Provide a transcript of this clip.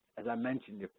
as i mentioned,